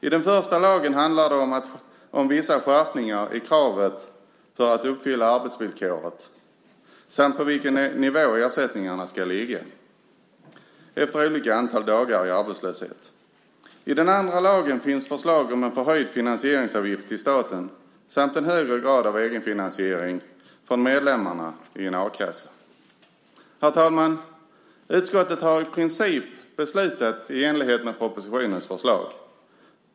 I den första lagen handlar det om vissa skärpningar i kraven för att uppfylla arbetsvillkoret samt på vilken nivå ersättningarna ska ligga efter olika antal dagar i arbetslöshet. I den andra lagen finns förslag om en förhöjd finansieringsavgift till staten samt en högre grad av egenfinansiering från medlemmarna i en a-kassa. Herr talman! Utskottet har i princip beslutat i enlighet med propositionens förslag.